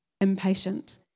impatient